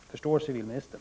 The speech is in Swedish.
Förstår civilministern?